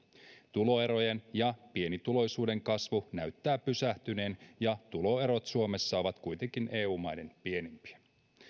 tuloerojen ja pienituloisuuden kasvu näyttää pysähtyneen ja tuloerot suomessa ovat kuitenkin eu maiden pienimpiä